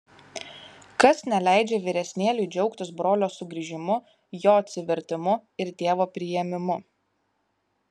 kas neleidžia vyresnėliui džiaugtis brolio sugrįžimu jo atsivertimu ir tėvo priėmimu